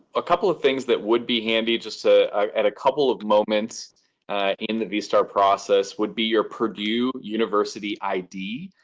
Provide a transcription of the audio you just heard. a couple of things that would be handy just ah at a couple of moments in the vstar process would be your purdue university id.